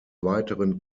weiteren